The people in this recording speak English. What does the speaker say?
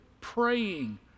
praying